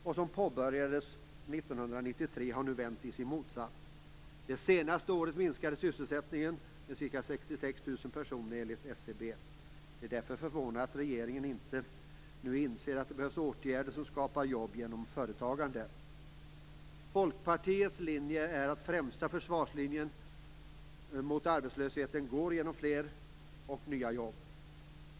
En sådan påbörjades 1993 men har nu vänts i sin motsats. Det senaste året minskade sysselsättningen med ca 66 000 personer enligt SCB. Det är därför förvånande att regeringen inte inser att det behövs åtgärder som skapar jobb genom företagande. Folkpartiets linje är att den främsta försvarslinjen mot arbetslösheten går genom fler och nya jobb.